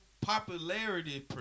popularity